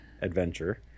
adventure